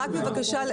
בבקשה,